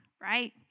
right